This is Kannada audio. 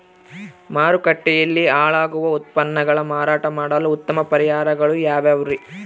ಮಾರುಕಟ್ಟೆಯಲ್ಲಿ ಹಾಳಾಗುವ ಉತ್ಪನ್ನಗಳನ್ನ ಮಾರಾಟ ಮಾಡಲು ಉತ್ತಮ ಪರಿಹಾರಗಳು ಯಾವ್ಯಾವುರಿ?